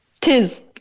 Tis